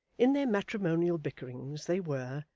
in their matrimonial bickerings they were,